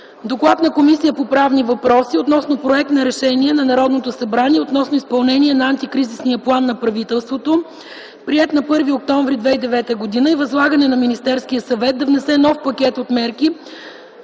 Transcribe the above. „ДОКЛАД на Комисията по правни въпроси относно Проект за решение на Народното събрание относно изпълнението на Антикризисния план на правителството, приет на 1.10.2009 г., и възлагане на Министерския съвет да внесе нов пакет от мерки